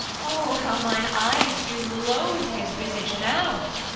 o, how mine eyes do loathe his visage now!